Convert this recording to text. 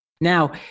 Now